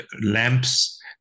lamps